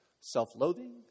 self-loathing